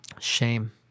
Shame